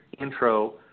intro